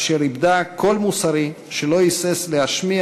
אשר איבדה קול מוסרי שלא היסס להשמיע